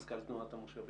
מזכ"ל תנועות המושבים.